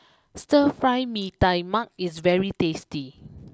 Stir Fry Mee Tai Mak is very tasty